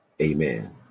Amen